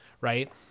right